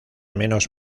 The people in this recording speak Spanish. menos